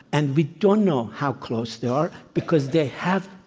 and we don't know how close they are because they have,